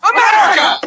America